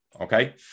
Okay